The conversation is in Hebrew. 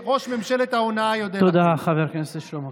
ובמיוחד בשופט שנחשב אולי שמרן,